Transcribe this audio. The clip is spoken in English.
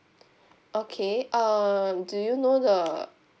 okay um do you know the